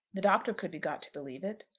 the doctor could be got to believe it.